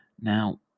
Now